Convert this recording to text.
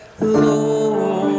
Lord